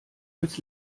als